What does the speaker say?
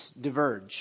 diverge